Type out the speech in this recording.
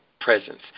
presence